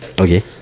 okay